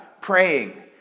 praying